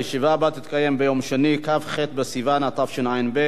הישיבה הבאה תתקיים ביום שני, כ"ח בסיוון התשע"ב,